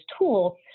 tool